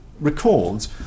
records